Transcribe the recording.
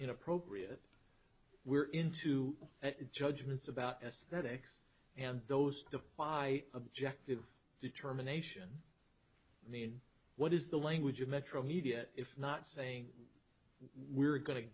inappropriate we're into judgments about aesthetics and those defy objective determination i mean what is the language of metromedia if not saying we're going to